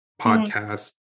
podcast